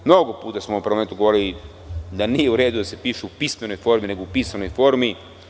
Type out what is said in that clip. Mnogo puta smo govorili da nije u redu da se piše – u pismenoj formi nego u pisanoj formi.